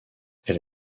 elle